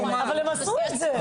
אבל הם עשו את זה.